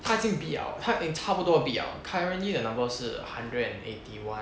他已经 bid liao 他已差不多 bid liao currently the number 是 hundred and eighty one